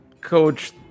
coach